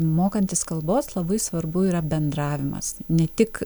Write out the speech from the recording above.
mokantis kalbos labai svarbu yra bendravimas ne tik